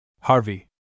Harvey